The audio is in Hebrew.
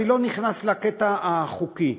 אני לא נכנס לקטע החוקי.